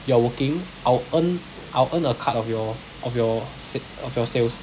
you are working I will earn I will earn a cut of your of your sa~ of your sales